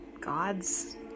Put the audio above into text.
gods